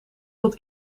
tot